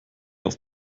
auf